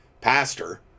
pastor